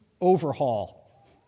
overhaul